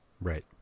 Right